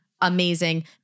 amazing